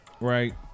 right